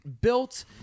built